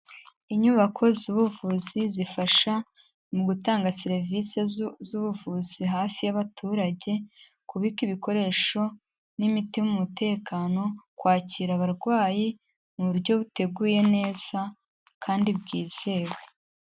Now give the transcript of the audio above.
Inyubako z'ubuvuzi zifasha mu gutanga serivisi z'ubuvuzi hafi y'abaturage, kubika ibikoresho n'imiti mu mutekano, kwakira abarwayi mu buryo buteguye neza kandi bwizewe.